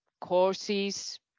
courses